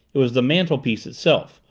it was the mantelpiece itself,